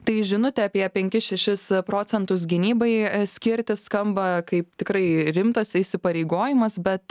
tai žinutė apie penkis šešis procentus gynybai skirti skamba kaip tikrai rimtas įsipareigojimas bet